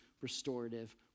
restorative